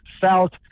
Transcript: felt